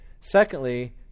Secondly